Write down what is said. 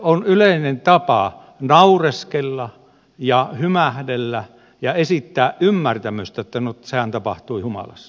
on yleinen tapa naureskella ja hymähdellä ja esittää ymmärtämystä että no sehän tapahtui humalassa